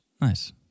Nice